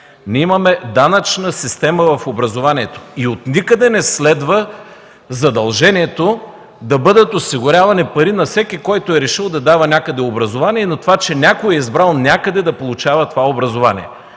Ние имаме данъчна система в образованието и от никъде не следва задължението да бъдат осигурявани пари на всеки, който е решил да дава някъде образование и за това, че някой е избрал някъде да получава това образование.